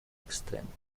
extremos